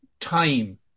time